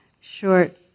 short